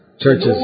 churches